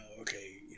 okay